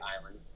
island